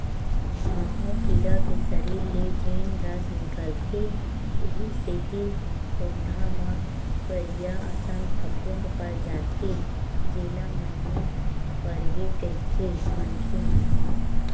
माहो कीरा के सरीर ले जेन रस निकलथे उहीं सेती पउधा म करिया असन फफूंद पर जाथे जेला मइनी परगे कहिथे मनखे मन ह